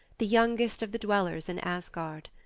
the youngest of the dwellers in asgard.